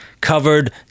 covered